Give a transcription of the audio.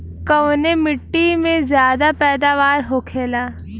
कवने मिट्टी में ज्यादा पैदावार होखेला?